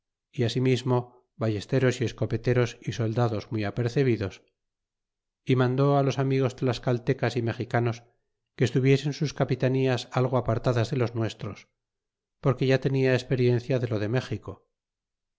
y así mismo ballesteros y escopeteros y soldados muy apercebidos y mandó los amigos tlascaltecas y mexicanos que estuviesen sus capitanías algo apartadas de los nuestros porque ya tenia experiencia de lo de méxico